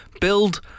Build